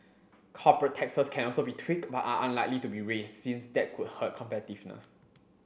corporate taxes can also be tweaked but are unlikely to be raised since that could hurt competitiveness